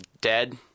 dead